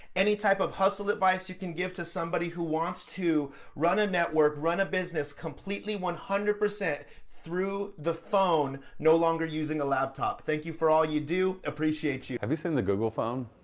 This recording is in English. any type of hustle advice you can give to somebody who wants to run a network, run a business completely one hundred percent through the phone no longer using a laptop? thank you for all you do. appreciate you. have you seen the google phone?